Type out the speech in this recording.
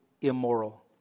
immoral